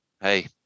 hey